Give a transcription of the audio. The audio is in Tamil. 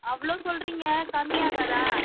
அவ்வளோ சொல்றிங்க கம்மியாகாதா